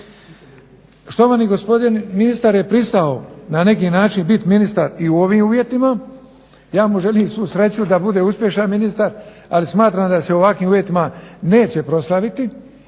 Štovani gospodin ministar je pristao na neki način biti ministar i u ovim uvjetima, ja mu želim svu sreću da bude uspješan ministar, ali smatram da se u ovakvim uvjetima neće proslaviti,